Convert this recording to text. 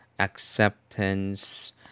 acceptance